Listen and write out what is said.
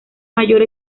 mayor